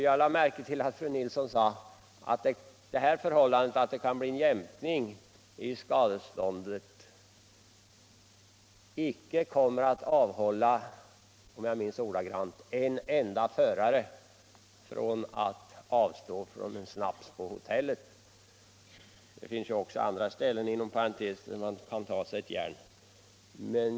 Jag lade märke till att fru Nilsson sade att det förhållandet att det kan bli fråga om en jämkning av skadeståndet icke kommer att få — jag hoppas jag minns det ordagrant — en enda förare att avstå från en snaps på hotellet. Det finns ju inom parentes också andra ställen där man kan Nr 44 ta sig ett järn.